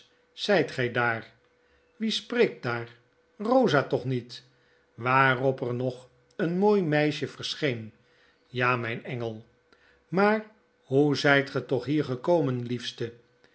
zjjt gy daar wie spreekt daar rosa tochniet waarop er nog een mooi meisje verscheen ja myn engel maar hoe zijt ge toch hier gekomen liefste